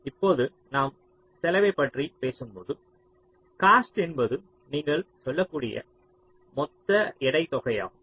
இப்போது நான் செலவைப் பற்றி பேசும்போது காஸ்ட் என்பது நீங்கள் சொல்லக்கூடிய மொத்த எடைத் தொகையாகும்